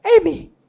Amy